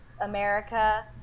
America